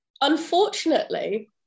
Unfortunately